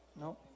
no